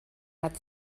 hat